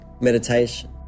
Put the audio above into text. meditation